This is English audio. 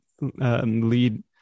lead